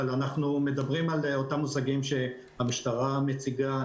אבל אנחנו מדברים על אותם מושגים שהמשטרה מציגה.